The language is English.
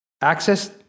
Access